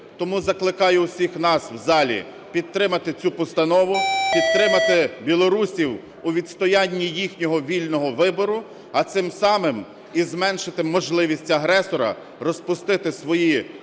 Тому закликаю всіх нас у залі підтримати цю постанову, підтримати білорусів у відстоянні їхнього вільного вибору, а цим самим і зменшити можливість агресора розпустити свої лещата,